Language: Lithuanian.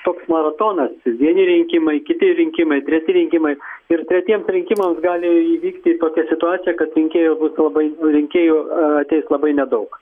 toks maratonas vieni rinkimai kiti rinkimai treti rinkimai ir tretiems rinkimams gali įvykti tokia situacija kad rinkėjo labai nu rinkėjų ateis labai nedaug